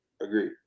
Agreed